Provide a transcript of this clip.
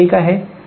ठीक आहे